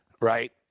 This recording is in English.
right